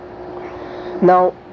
Now